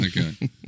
okay